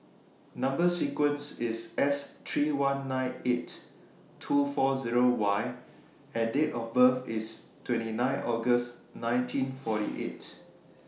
Number sequence IS S three one nine eight two four Zero Y and Date of birth IS twenty nine August nineteen forty eight